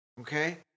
Okay